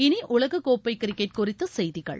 இனி உலக் கோப்பை கிரிக்கெட் குறித்த செய்திகள்